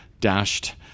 dashed